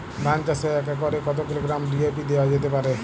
ধান চাষে এক একরে কত কিলোগ্রাম ডি.এ.পি দেওয়া যেতে পারে?